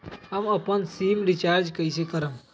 हम अपन SIM recharge कइसे करम?